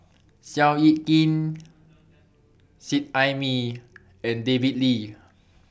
Seow Yit Kin Seet Ai Mee and David Lee